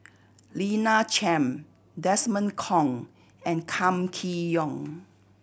Lina Chiam Desmond Kon and Kam Kee Yong